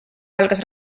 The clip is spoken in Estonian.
algas